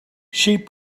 sheep